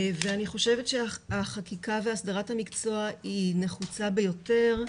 אני חושבת שהחקיקה והסדרת המקצוע נחוצה ביותר,